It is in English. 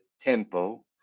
tempo